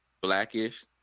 Blackish